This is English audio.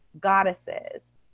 goddesses